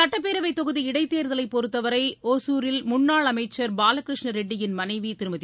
சுட்டப்பேரவைத் தொகுதி இடைத்தேர்தலைப் பொறுத்தவரை ஒசூரில் முன்னாள் அமைச்சர் பாலகிருஷ்ண ரெட்டியின் மனைவி திருமதி